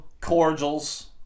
cordials